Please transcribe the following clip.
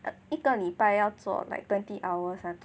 一个礼拜要做 like twenty hours [one]